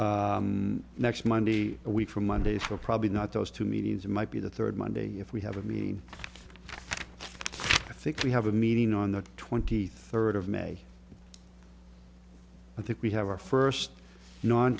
and next monday a week from monday for probably not those two meetings it might be the third monday if we have a mean i think we have a meeting on the twenty third of may i think we have our first non